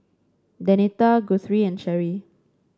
Denita Guthrie and Cheri